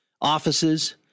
offices